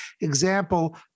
example